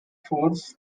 force